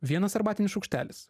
vienas arbatinis šaukštelis